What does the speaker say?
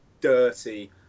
dirty